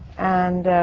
and.